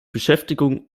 beschäftigung